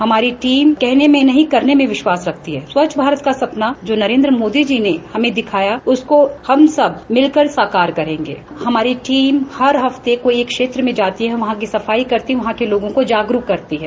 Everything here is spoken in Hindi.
हमारी टीम कहने में नहीं करने में विश्वास रखती है स्वच्छ भारत का सपना जो नरेन्द्र मोदी जी ने हमें दिखाया उसको हम सब मिलकर साकार करेंगें हमारी टीम हर हफ्ते कोई एक क्षेत्र में जाती है वहाँ की सफाई करती है वहाँ के लोगों को जागरूक करती है